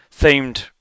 themed